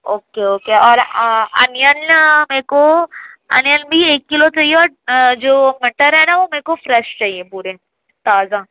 او کے okay اور onion نا میرے کو آنین بھی ایک کلو چاہیے اور جو مٹر ہے نا وہ میرے کو فریش چاہئے پورے تازہ